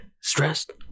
stressed